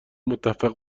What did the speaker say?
متفق